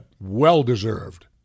well-deserved